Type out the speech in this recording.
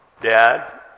Dad